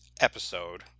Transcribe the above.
episode